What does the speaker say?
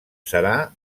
serà